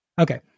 Okay